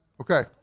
Okay